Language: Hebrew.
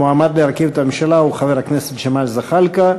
המועמד להרכיב את הממשלה הוא חבר הכנסת ג'מאל זחאלקה.